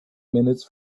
minutes